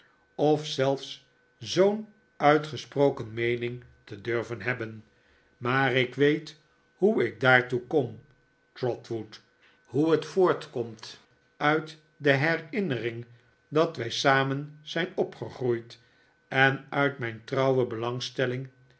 of zelfs zoo'n uitgesproken meening te durven hebben maar ik weet hoe ik daartoe kom trotwood hoe het voortkomt uit de herinnering dat wij samen zijn opgegroeid en uit mijn trouwe belangstelling